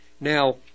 Now